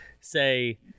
Say